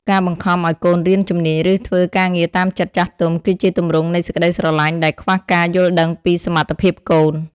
ការបង្ខំឱ្យកូនរៀនជំនាញ ឬធ្វើការងារតាមចិត្តចាស់ទុំ គឺជាទម្រង់នៃសេចក្តីស្រឡាញ់ដែលខ្វះការយល់ដឹងពីសមត្ថភាពកូន។